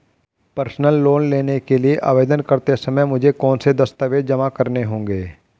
Personal loan के लिए आवेदन करते समय मुझे कौन से दस्तावेज़ जमा करने होंगे?